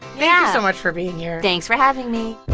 yeah so much for being here thanks for having me